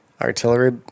Artillery